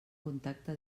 contacte